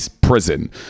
prison